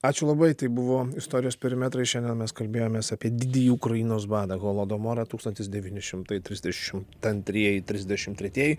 ačiū labai tai buvo istorijos perimetrai šiandien mes kalbėjomės apie didįjį ukrainos badą holodomorą tūkstantis devyni šimtai trisdešim antrieji trisdešim tretieji